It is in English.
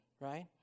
Right